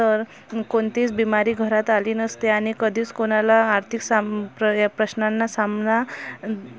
तर कोणतीच बिमारी घरात आली नसती आणि कधीच कोणाला आर्थिक सांप्र या प्रश्नांना सामना